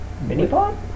mini-pod